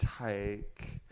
take